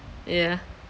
yeah